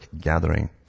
gathering